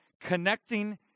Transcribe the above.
connecting